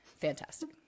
fantastic